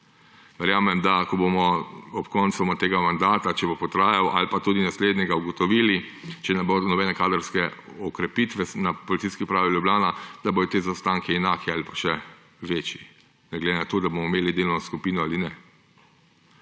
Verjamem, da bomo ob koncu tega mandata, če bo trajal, ali pa tudi naslednjega ugotovili, če ne bo nobene kadrovske okrepitve na Policijski upravi Ljubljana, da bodo ti zaostanki enaki ali pa še večji, ne glede na to, da bomo imeli delovno skupino ali ne.